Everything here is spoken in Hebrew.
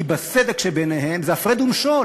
כי הסדק שביניהם זה הפרד ומשול.